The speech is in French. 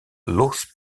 los